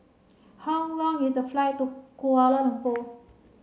how long is the flight to Kuala Lumpur